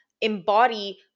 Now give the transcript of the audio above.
embody